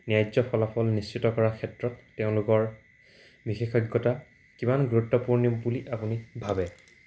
ন্যায্য ফলাফল নিশ্চিত কৰাৰ ক্ষেত্ৰত তেওঁলোকৰ বিশেষজ্ঞতা কিমান গুৰুত্বপূৰ্ণ বুলি আপুনি ভাবে